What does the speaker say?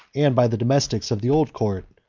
and by the domestics of the old court,